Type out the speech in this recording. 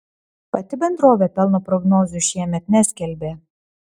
pati bendrovė pelno prognozių šiemet neskelbė